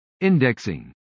indexing